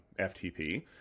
FTP